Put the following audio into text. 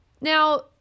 Now